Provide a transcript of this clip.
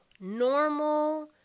Normal